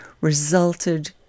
resulted